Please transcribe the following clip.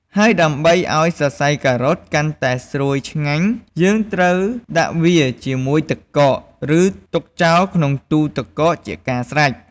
ហើយដើម្បីឱ្យសសៃការ៉ុតកាន់តែស្រួយឆ្ងាញ់ យើងត្រូវដាក់វាជាមួយទឹកកក ឬទុកចោលក្នុងទូទឹកកកជាការស្រេច។